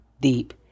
deep